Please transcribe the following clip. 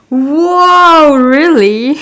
!woah! really